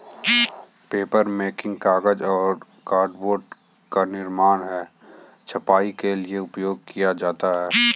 papermaking कागज और cardboard का निर्माण है छपाई के लिए उपयोग किया जाता है